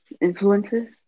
influences